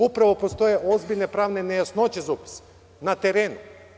Upravo postoje ozbiljne pravne nejasnoće za upis na terenu.